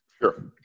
Sure